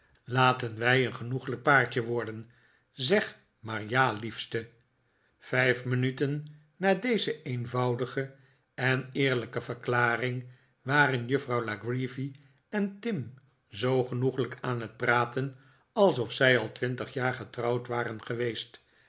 laten wij een genoeglijk paartje worden zeg maar ja liefste vijf minuten na deze eenvoudige en eerlijke verklaring waren juffrouw la creevy en tim zoo genoeglijk aan het praten alsof zij al twintig jaar getrouwd waren geweest